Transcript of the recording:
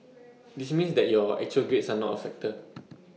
this means that your actual grades are not A factor